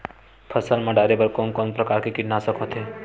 फसल मा डारेबर कोन कौन प्रकार के कीटनाशक होथे?